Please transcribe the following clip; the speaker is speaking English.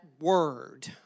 word